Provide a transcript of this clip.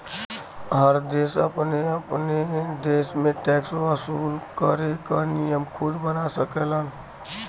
हर देश अपने अपने देश में टैक्स वसूल करे क नियम खुद बना सकेलन